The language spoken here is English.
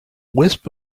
wisp